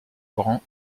grand